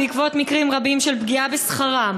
בעקבות מקרים רבים של פגיעה בשכרם